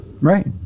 Right